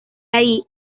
ahí